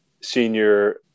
senior